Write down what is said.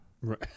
Right